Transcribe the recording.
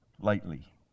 lightly